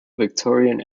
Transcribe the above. victorian